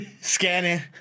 Scanning